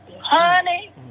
Honey